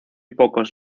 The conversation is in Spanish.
pocos